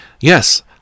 yes